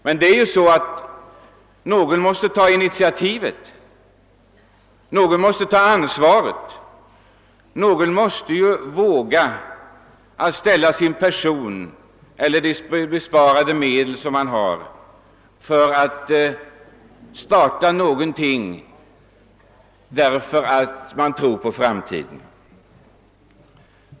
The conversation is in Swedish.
Men någon måste ta initiativet, någon måste bära ansvaret, någon måste våga att satsa sin person eller: sina sparade medel för att starta någonting därför att han tror på framtiden.